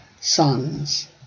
sons